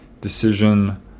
decision